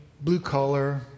blue-collar